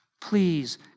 Please